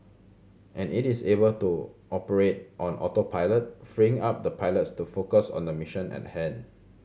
and it is able to operate on autopilot freeing up the pilots to focus on the mission and hand